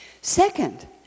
Second